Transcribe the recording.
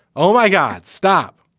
oh, my god. stop.